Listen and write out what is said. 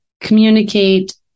Communicate